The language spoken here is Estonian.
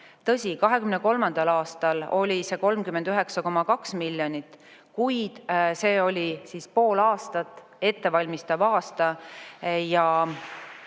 Tõsi, 2023. aastal oli see 39,2 miljonit, kuid see oli siis pool aastat, ettevalmistav aasta ja